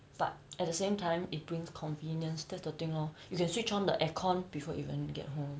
but at the same time it brings convenience that's the thing lor you can switch on the aircon before you even get home